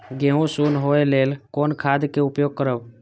गेहूँ सुन होय लेल कोन खाद के उपयोग करब?